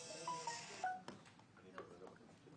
על סדר היום